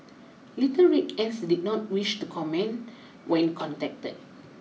little Red Ants did not wish to comment when contacted